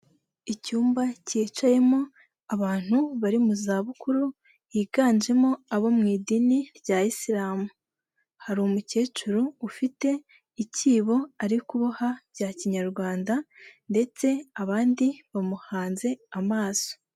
Icyumba cyicayemo abantu bari mu za bukuru higanjemo abo mu idini rya isiramu. Hari umukecuru ufite ikibo ari kuboha ibya kinyarwanda ndetse abandi bamuhanze amaso.